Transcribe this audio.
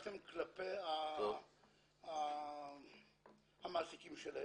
צורת העבודה שלהם כלפי המעסיקים שלהם,